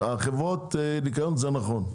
חברות הניקיון זה נכון.